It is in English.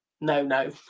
no-no